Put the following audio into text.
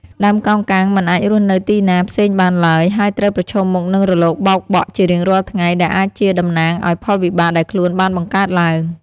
ដើមកោងកាងមិនអាចរស់នៅទីណាផ្សេងបានឡើយ ហើយត្រូវប្រឈមមុខនឹងរលកបោកបក់ជារៀងរាល់ថ្ងៃ ដែលអាចជាតំណាងឲ្យផលវិបាកដែលខ្លួនបានបង្កើតឡើង។